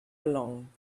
along